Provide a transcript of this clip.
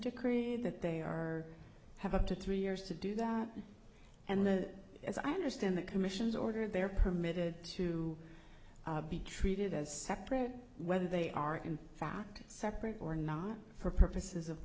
decree that they are have up to three years to do that and that as i understand the commission's order they're permitted to be treated as separate whether they are in fact separate or not for purposes of